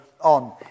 on